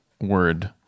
word